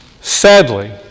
sadly